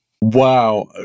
Wow